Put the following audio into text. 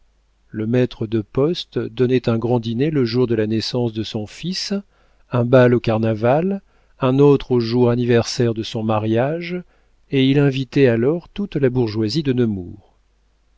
le maître de poste donnait un grand dîner le jour de la naissance de son fils un bal au carnaval un autre au jour anniversaire de son mariage et il invitait alors toute la bourgeoisie de